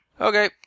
Okay